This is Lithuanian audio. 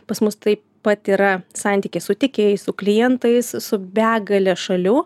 pas mus taip pat yra santykis su tiekėjais su klientais su begale šalių